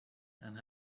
and